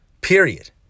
Period